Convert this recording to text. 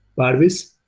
parviz.